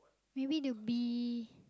maybe there will be